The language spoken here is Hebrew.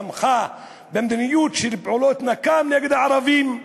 תמכה במדיניות של פעולות נקם נגד הערבים.